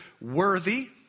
worthy